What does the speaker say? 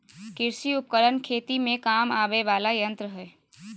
कृषि उपकरण खेती में काम आवय वला यंत्र हई